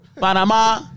Panama